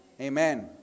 Amen